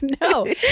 no